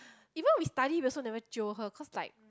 even we study we also never jio her cause like